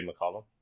McCollum